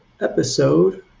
episode